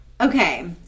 Okay